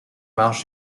marge